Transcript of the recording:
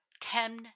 ten